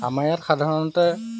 আমাৰ ইয়াত সাধাৰণতে